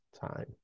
time